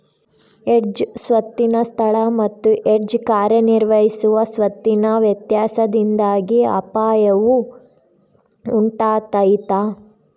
hedge ಸ್ವತ್ತಿನ ಸ್ಥಳ ಮತ್ತು ಹೆಡ್ಜ್ ಕಾರ್ಯನಿರ್ವಹಿಸುವ ಸ್ವತ್ತಿನ ವ್ಯತ್ಯಾಸದಿಂದಾಗಿ ಅಪಾಯವು ಉಂಟಾತೈತ